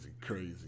crazy